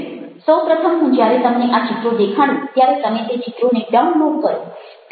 સૌ પ્રથમ હું જ્યારે તમને આ ચિત્રો દેખાડું ત્યારે તમે તે ચિત્રોને ડાઉનલોડ કરો